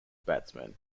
batsman